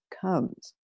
comes